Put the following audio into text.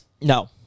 No